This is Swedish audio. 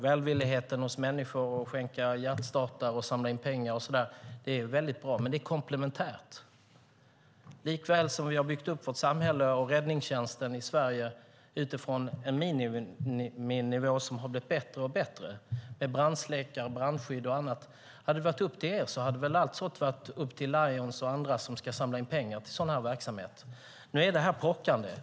Välvilligheten hos människor som skänker hjärtstartare och samlar in pengar är väldigt bra, men det är något komplementärt. Vi har byggt upp vårt samhälle och räddningstjänsten i Sverige utifrån en miniminivå. Det har blivit bättre och bättre, med brandsläckare, brandskydd och annat. Hade det varit upp till er hade väl allt sådant varit upp till Lions och andra som ska samla in pengar till sådan verksamhet. Nu är det här pockande.